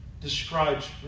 describes